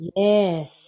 yes